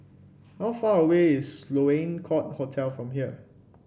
how far away is Sloane Court Hotel from here